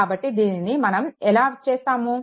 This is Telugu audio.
కాబట్టి దీనిని మనం ఎలా చేస్తాము